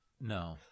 No